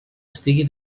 estigui